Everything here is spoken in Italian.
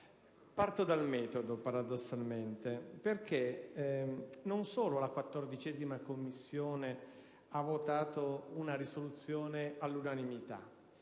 Parto dal metodo, paradossalmente, perché non solo la 14a Commissione ha votato una risoluzione all'unanimità,